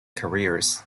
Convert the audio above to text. carriers